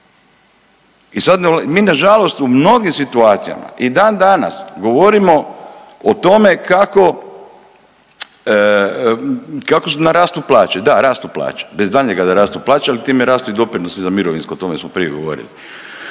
I sam mi nažalost u mnogim situacijama i dan danas govorimo o tome kako rastu plaće, da rastu plaće bez daljnjega da rastu plaće, ali time rastu i doprinosi za mirovinsko o tome smo prije govorili.